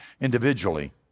individually